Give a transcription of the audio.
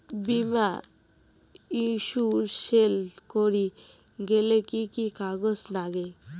বীমা ইন্সুরেন্স করির গেইলে কি কি কাগজ নাগে?